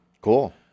Cool